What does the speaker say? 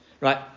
Right